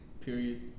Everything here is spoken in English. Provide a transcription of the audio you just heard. period